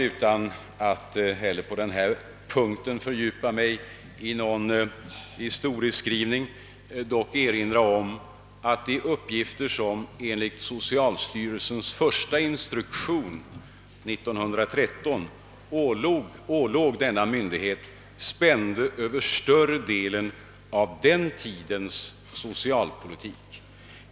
Utan att heller på den punkten fördjupa mig i någon historieskrivning vill jag ändå erinra om att de uppgifter som enligt socialstyrelsens första instruktion 1913 ålåg denna myndighet spände över större delen av den tidens socialpolitik.